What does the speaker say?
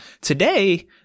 Today